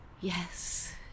yes